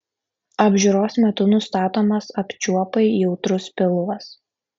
apžiūros metu nustatomas apčiuopai jautrus pilvas